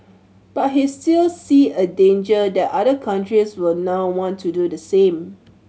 but he still see a danger that other countries will now want to do the same